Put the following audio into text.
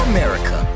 America